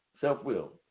Self-will